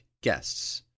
guests